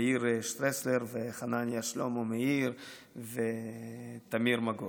יאיר שטרסלר וחנניה שלמה מאיר ותמיר מגוז.